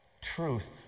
Truth